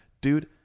dude